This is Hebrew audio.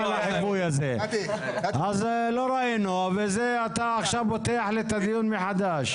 לא ראינו ועכשיו פותח לי את הדיון מחדש.